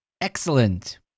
Excellent